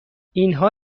اینها